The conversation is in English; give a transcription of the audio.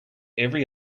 every